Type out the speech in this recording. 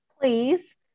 please